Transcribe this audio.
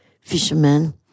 fishermen